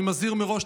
אני מזהיר מראש,